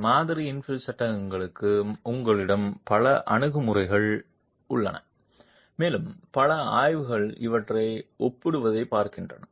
எனவே மாதிரி இன்ஃபில் சட்டங்களுக்கு உங்களிடம் பல அணுகுமுறைகள் உள்ளன மேலும் பல ஆய்வுகள் இவற்றை ஒப்பிடுவதைப் பார்க்கின்றன